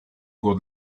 cours